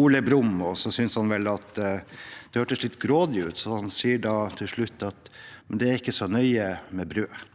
Ole Brumm. Han syntes vel at det hørtes litt grådig ut, så han sa til slutt at det ikke var så nøye med brødet.